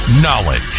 Knowledge